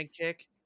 kick